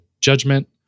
judgment